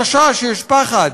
יש חשש, יש פחד.